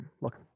look